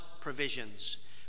provisions